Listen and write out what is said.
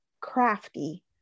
crafty